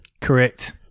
Correct